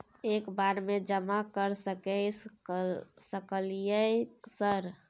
एक बार में जमा कर सके सकलियै सर?